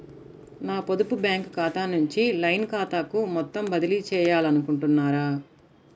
నా పొదుపు బ్యాంకు ఖాతా నుంచి లైన్ ఖాతాకు మొత్తం బదిలీ చేయాలనుకుంటున్నారా?